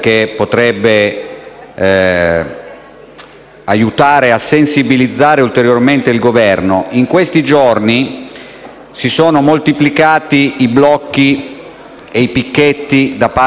aiutare a sensibilizzare ulteriormente il Governo. In questi giorni si sono moltiplicati i blocchi e i picchetti da parte dei sindacati Si Cobas e Sol